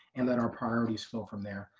and then our priorities flow from there.